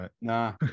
Nah